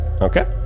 Okay